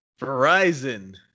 Verizon